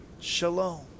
Shalom